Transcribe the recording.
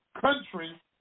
country